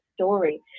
story